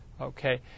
Okay